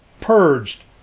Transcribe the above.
purged